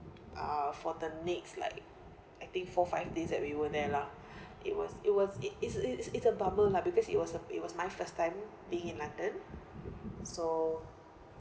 uh for the next like I think four five days that we were there lah it was it was it is it is it a bummer lah because it was a it was my first time being in london so